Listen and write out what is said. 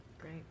Great